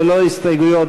ללא הסתייגויות,